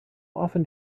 often